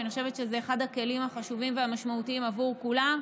שאני חושבת שזה אחד הכלים החשובים והמשמעותיים עבור כולם,